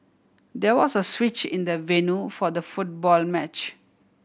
there was a switch in the venue for the football match